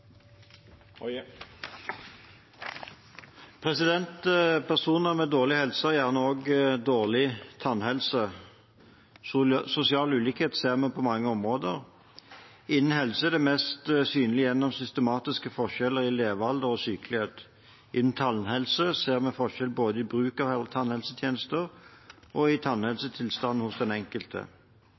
Personer med dårlig helse har gjerne også dårlig tannhelse. Sosial ulikhet ser vi på mange områder. Innen helse er det mest synlig gjennom systematiske forskjeller i levealder og sykelighet. Innen tannhelse ser vi forskjell både i bruk av tannhelsetjenester og i tannhelsetilstanden hos den enkelte.